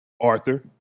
Arthur